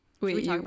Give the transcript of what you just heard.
Wait